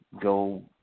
Go